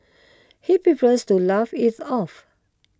he prefers to laugh it off